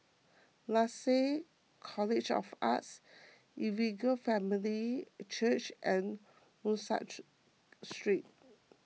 Lasalle College of the Arts Evangel Family Church and Muscat Street